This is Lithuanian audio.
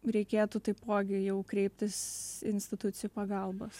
reikėtų taipogi jau kreiptis institucijų pagalbos